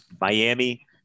Miami